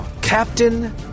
Captain